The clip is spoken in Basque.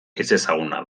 ezezaguna